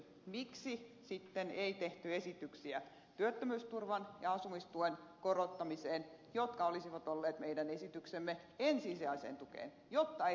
miksi sitten ei tehty esityksiä työttömyysturvan ja asumistuen korottamiseksi jotka olisivat olleet meidän esityksemme ensisijaiseen tukeen jotta ei toimeentulotukea tarvittaisi